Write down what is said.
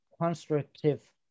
constructive